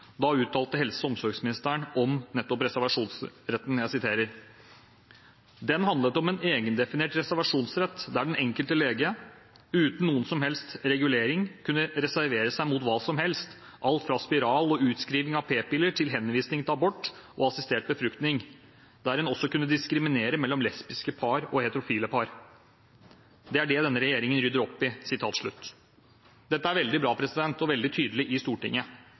Da uttalte helse- og omsorgsministeren om nettopp reservasjonsretten: «Den handlet om en egendefinert reservasjonsrett, der den enkelte lege, uten noen som helst reguleringer, kunne reservere seg mot hva som helst – alt fra spiral og utskriving av p-piller til henvisning til abort og assistert befruktning, der en også kunne diskriminere mellom lesbiske par og heterofile par. Det er det denne regjeringen rydder opp i.» Dette er veldig bra og veldig tydelig i Stortinget.